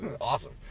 awesome